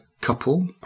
couple